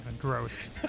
gross